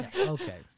Okay